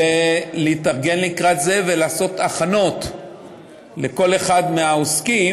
ולהתארגן לקראת זה ולעשות הכנות לכל אחד מהעוסקים,